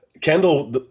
Kendall